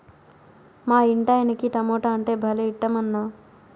మా ఇంటాయనకి టమోటా అంటే భలే ఇట్టమన్నా